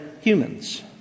humans